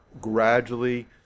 gradually